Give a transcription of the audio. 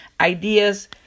ideas